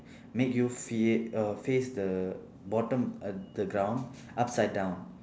make you fe~ uh face the bottom uh the ground upside down